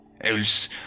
else